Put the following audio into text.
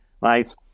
Right